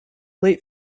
late